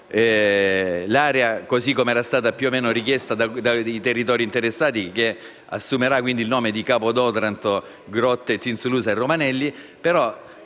l'area, così come era stata, più o meno, richiesta dai territori interessati, che assumerà il nome di Capo d'Otranto, Grotte Zinzulusa e Romanelli.